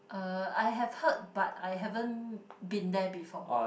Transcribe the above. uh I have heard but I haven't been there before